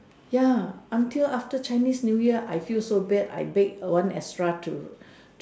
ya until after Chinese new year I feel so bad I bake one extra to